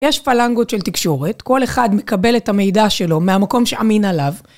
יש פלנגות של תקשורת, כל אחד מקבל את המידע שלו מהמקום שאמין עליו.